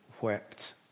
wept